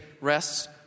rests